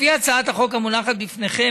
לפי הצעת החוק המונחת בפניכם,